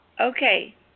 Okay